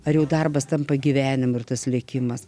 ar jau darbas tampa gyvenimu ir tas lėkimas